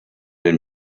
den